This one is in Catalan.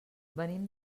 venim